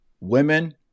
Women